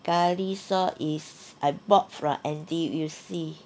curry sauce is I bought from N_T_U_C